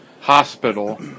hospital